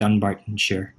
dunbartonshire